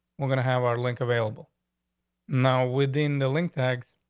we're gonna have our link available now within the link tax.